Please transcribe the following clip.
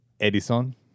Edison